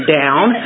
down